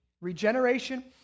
Regeneration